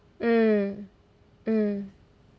mm mm